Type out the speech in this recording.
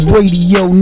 Radio